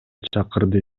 чакырды